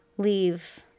leave